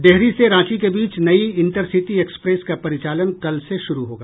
डेहरी से रांची के बीच नई इंटरसिटी एक्सप्रेस का परिचालन कल से शुरू होगा